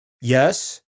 Yes